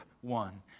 one